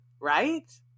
right